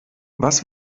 was